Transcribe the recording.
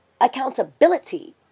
accountability